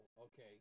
okay